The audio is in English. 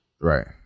Right